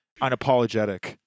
unapologetic